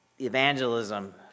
evangelism